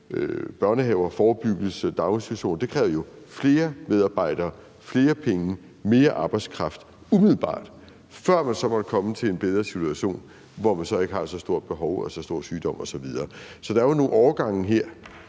børnehaver, forebyggelse, daginstitutioner, og det kræver jo flere medarbejdere, flere penge, mere arbejdskraft umiddelbart, før man så måtte komme til en bedre situation, hvor man så ikke har så stort behov og så meget sygdom osv. Så der er jo nogle overgange her.